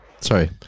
Sorry